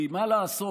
כי מה לעשות,